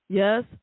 Yes